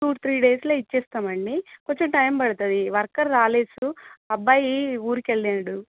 two three డేస్లో ఇస్తాం అండిడి కొంచెం టైం పడుతుంది వర్కర్ రాలేదు అబ్బాయి ఊరికి వెళ్ళిండు